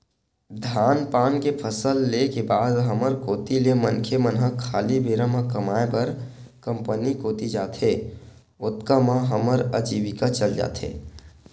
धान पान के फसल ले के बाद हमर कोती के मनखे मन ह खाली बेरा म कमाय बर कंपनी कोती जाथे, ओतका म हमर अजीविका चल जाथे